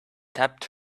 tapped